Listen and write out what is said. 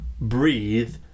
breathe